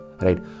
right